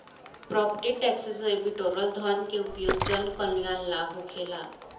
property tax से बिटोरल धन के उपयोग जनकल्यान ला होखेला